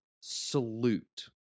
salute